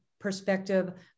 perspective